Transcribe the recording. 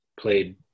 played